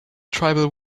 tribal